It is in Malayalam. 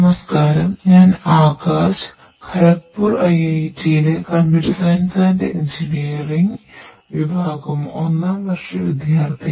നമസ്ക്കാരം ഞാൻ ആകാശ്വിഭാഗം ഒന്നാം വർഷ വിദ്യാർത്ഥിയാണ്